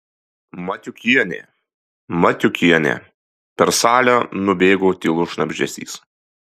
matiukienė matiukienė per salę nubėgo tylus šnabždesys